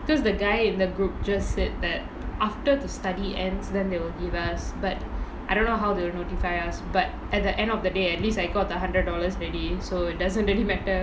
because the guy in the group just said that after the study ends then they will give us but I don't know how they'll notify us but at the end of the day at least I got the hundred dollars already so it doesn't really matter